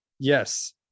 yes